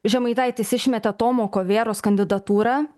žemaitaitis išmetė tomo kovėros kandidatūrą